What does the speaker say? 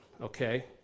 okay